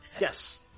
yes